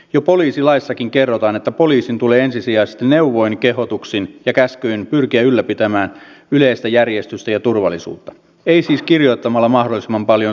jo poliisilaissakin kerrotaan että poliisin tulee ensisijaisesti neuvoin kehotuksin ja käskyin pyrkiä ylläpitämään yleistä järjestystä ja turvallisuutta ei siis kirjoittamalla mahdollisimman paljon sakkoja